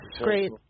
Great